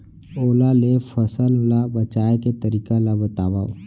ओला ले फसल ला बचाए के तरीका ला बतावव?